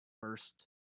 first